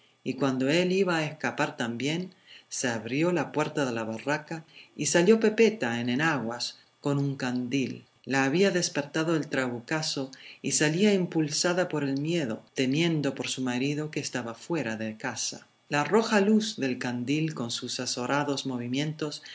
y cuando él iba a escapar también se abrió la puerta de la barraca y salió pepeta en enaguas con un candil la había despertado el trabucazo y salía impulsada por el miedo temiendo por su marido que estaba fuera de casa la roja luz del candil con sus azorados movimientos